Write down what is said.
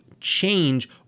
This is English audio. change